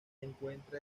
encuentra